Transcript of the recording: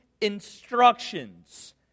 instructions